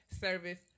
Service